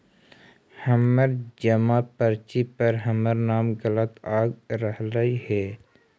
हमर जमा पर्ची पर हमर नाम गलत आ रहलइ हे